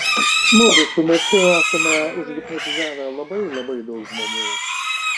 mudu su merfiu esame užhipnotizavę labai labai daug žmonių